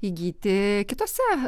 įgyti kituose